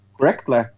correctly